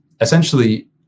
essentially